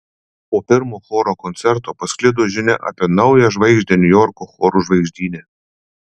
po pirmo choro koncerto pasklido žinia apie naują žvaigždę niujorko chorų žvaigždyne